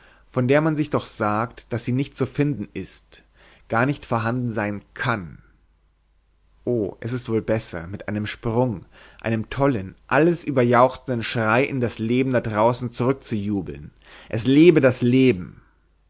von der man sich doch sagt daß sie nicht zu finden ist garnicht vorhanden sein kann oh es ist wohl besser mit einem sprung einem tollen alles überjauchzenden schrei in das leben da draußen zurückzujubeln es lebe das leben